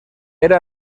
era